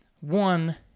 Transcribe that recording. One